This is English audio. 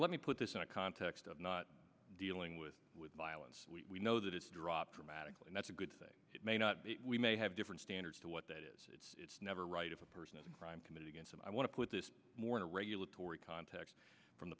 let me put this in a context of not dealing with with violence we know that it's dropped dramatically and that's a good thing it may not we may have different standards to what that is it's never right if a person of crime committed against and i want to put this morning regulatory context from the